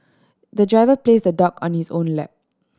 the driver placed the dog on his own lap